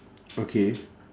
okay